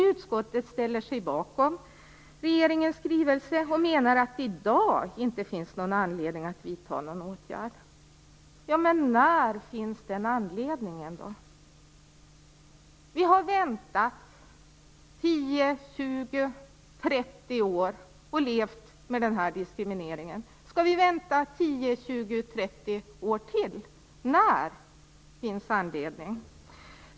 Utskottet ställer sig bakom regeringens skrivelse och menar att det i dag inte finns någon anledning att vidta någon åtgärd. När finns den anledningen? Vi har väntat 10, 20, 30 år och levt med denna diskriminering. Skall vi vänta 10, 20, 30 år till? När finns det anledning?